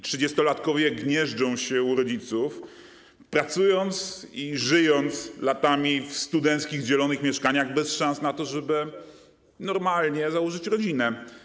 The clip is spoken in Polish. Trzydziestolatkowie gnieżdżą się u rodziców, pracują i żyją latami w studenckich, dzielonych mieszkaniach, bez szans na normalne założenie rodziny.